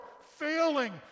failing